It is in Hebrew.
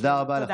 תודה.